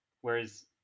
Whereas